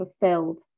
fulfilled